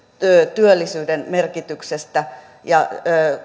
työllisyyden merkityksestä ja